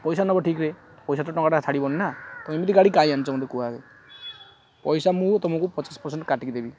ପଇସା ନେବ ଠିକ୍ରେ ପଇସା ତ ଟଙ୍କାଟା ଛାଡ଼ିବନି ନା ତମେ ଏମିତି ଗାଡ଼ି କାହିଁକି ଆଣିଛ ମୋତେ କୁହ ଆଗେ ପଇସା ମୁଁ ତମକୁ ପଚାଶ ପରସେଣ୍ଟ୍ କାଟିକି ଦେବି